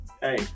Hey